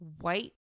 white